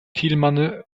tilghman